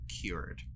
cured